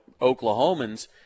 Oklahomans